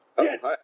Yes